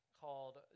called